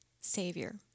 savior